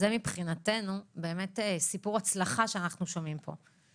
זה מבחינתנו סיפור הצלחה שאנחנו שומעים פה.